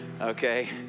Okay